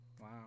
Wow